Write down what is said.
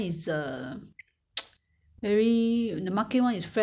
it's not nice you know 不好吃 eh 如果他他他硬硬这样 ah